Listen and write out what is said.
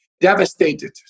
devastated